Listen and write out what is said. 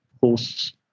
horse